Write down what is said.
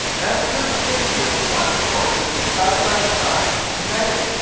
and percy and edith once more stood side by side, united,